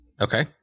Okay